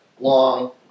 Long